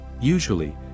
Usually